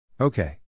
Okay